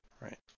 Right